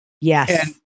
Yes